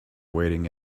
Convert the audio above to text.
waiting